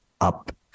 up